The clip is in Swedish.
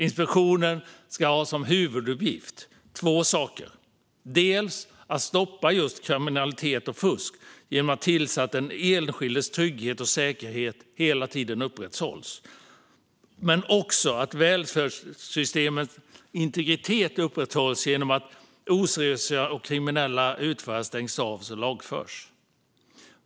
Inspektionen ska ha två saker som huvuduppgift: dels att stoppa kriminalitet och fusk genom att tillse att den enskildes trygghet och säkerhet hela tiden upprätthålls, dels se till att välfärdssystemets integritet upprätthålls genom att oseriösa och kriminella utförare stängs av och lagförs.